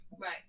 Right